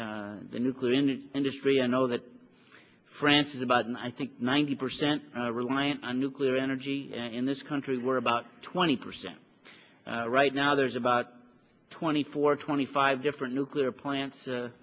the nuclear energy industry i know that france is about and i think ninety percent reliant on nuclear energy in this country we're about twenty percent right now there's about twenty four twenty five different nuclear plants